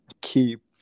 keep